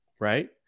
right